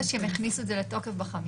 החודש הם הכניסו את זה לתוקף בחמישי,